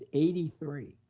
eighty three.